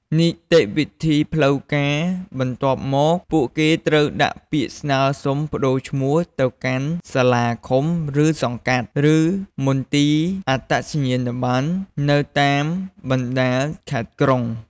នីតិវិធីផ្លូវការ បន្ទាប់មក ពួកគេត្រូវដាក់ពាក្យស្នើសុំប្ដូរឈ្មោះទៅកាន់សាលាឃុំ ឬ សង្កាត់ ឬមន្ទីរអត្តសញ្ញាណប័ណ្ណនៅតាមបណ្ដាខេត្តក្រុង។